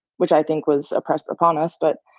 which i think was oppressed upon us. but,